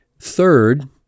Third